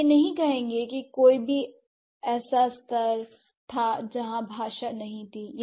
वे यह नहीं कहेंगे कि कोई भी ऐसा स्तर था जहां भाषा नहीं थी